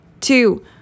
Two